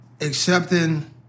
accepting